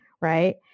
right